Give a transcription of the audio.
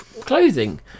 clothing